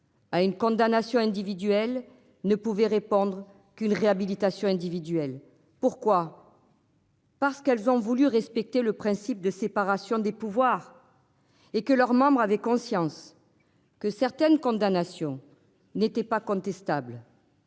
À une condamnation individuelles ne pouvait répondre qu'une réhabilitation individuelles pourquoi. Parce qu'elles ont voulu respecter le principe de séparation des pouvoirs. Et que leurs membres avaient conscience que certaines condamnations n'était pas contestable.